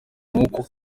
nuko